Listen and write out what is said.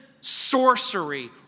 sorcery